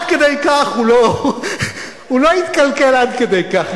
הוא לא יתקלקל עד כדי כך.